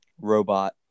robot